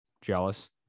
Jealous